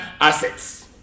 assets